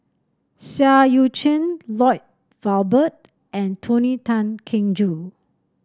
Seah Eu Chin Lloyd Valberg and Tony Tan Keng Joo